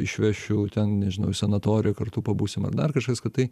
išvešiu ten nežinau į sanatoriją kartu pabūsim ar dar kažkas kad tai